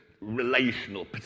relational